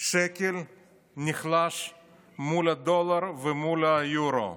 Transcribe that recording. השקל נחלש מול הדולר ומול היורו,